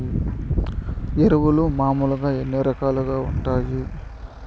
ఎరువులు మామూలుగా ఎన్ని రకాలుగా వుంటాయి?